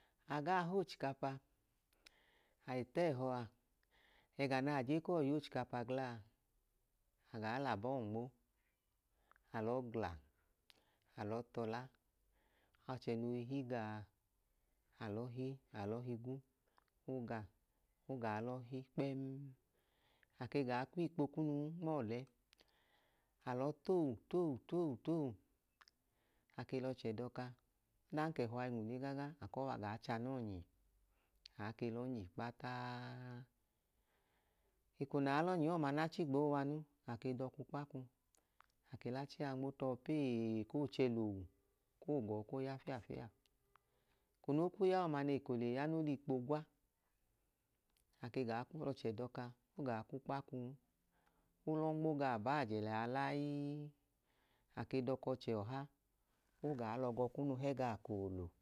Agaa h'ochikapa, ai tẹhọa ẹga naa je kọọ y'ochikapa glaa, agaa l'abọọ nmo alọọ gla, alọọ tọla achẹ noi higaa alọ hi alọ higwu, oga, ogaa l'ọhi kpemm ake gaa kw'ikpo kunuu nm'ọọlẹ alọọ toowu toowu toowu toowu akw l'ochẹ dọka, odan k'ehọa inwune gaga akọọ wa gaa chanọọ nyi. Aa ke l'ọnyi kpataaaa. Eko nyaa l'ọnyi ọọma n'achi gboo wanu ake dọk'ukpaku ake l'achia nmo tọọ peeeeee koo chẹ l'owu koo gọọ koo ya fiafia. Eko no ku ya ọọma n'eko leya no l'ikpo gwa, ake gaa ku l'ochẹ dọka ko gaa k'ukpakuu ko lọ nmo gaa baajẹ lẹa layiiiii, ake dọk'ochẹ ọha koo gaa lọgọ kunu hẹ gaọ koolo